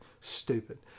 Stupid